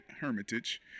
Hermitage